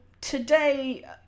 Today